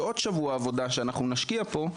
של עוד שבוע עבודה שאנחנו נשקיע פה,